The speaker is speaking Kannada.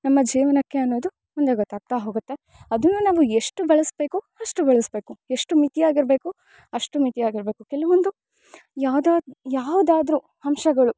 ನಮ್ಮ ಜೀವನಕ್ಕೆ ಅನ್ನೊದು ಮುಂದೆ ಗೊತ್ತಾಗ್ತ ಹೊಗುತ್ತೆ ಅದನ್ನ ನಾವು ಎಷ್ಟು ಬಳಸ್ಬೇಕು ಅಷ್ಟು ಬಳಸ್ಬೇಕು ಎಷ್ಟು ಮಿತಿಯಾಗಿರಬೇಕು ಅಷ್ಟು ಮಿತಿಯಾಗಿರಬೇಕು ಕೆಲವೊಂದು ಯಾವ್ದು ಯಾವುದಾದ್ರು ಅಂಶಗಳು